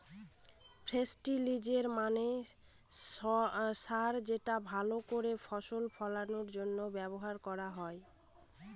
ফেস্টিলিজের মানে সার যেটা ভাল করে ফসল ফলানোর জন্য ব্যবহার করা হয়